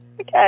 okay